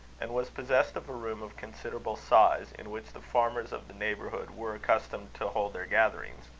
and was possessed of a room of considerable size, in which the farmers of the neighbourhood were accustomed to hold their gatherings.